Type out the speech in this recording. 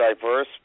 diverse